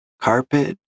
Carpet